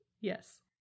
Yes